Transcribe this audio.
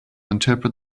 interpret